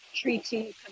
treaty